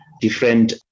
different